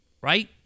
Right